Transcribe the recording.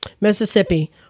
Mississippi